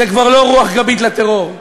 זאת כבר לא רוח גבית לטרור,